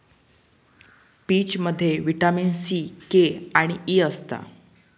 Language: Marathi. पीचमध्ये विटामीन सी, के आणि ई असता